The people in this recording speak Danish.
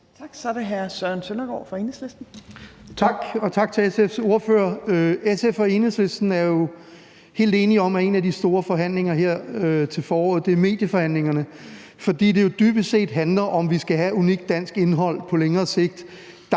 Kl. 13:06 Søren Søndergaard (EL): Tak, og tak til SF's ordfører. SF og Enhedslisten er jo helt enige om, at en af de helt store forhandlinger her til foråret er medieforhandlingerne, fordi det jo dybest set handler om, om vi skal have unikt dansk indhold på længere sigt,